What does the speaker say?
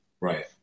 right